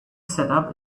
setup